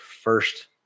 first